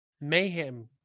Mayhem